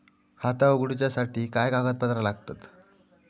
खाता उगडूच्यासाठी काय कागदपत्रा लागतत?